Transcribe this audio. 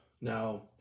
Now